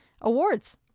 awards